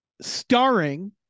starring